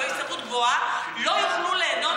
אבל בהסתברות גבוהה לא יוכלו ליהנות